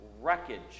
wreckage